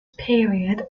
period